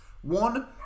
one